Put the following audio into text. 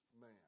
man